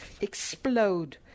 explode